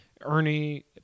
Ernie